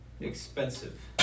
Expensive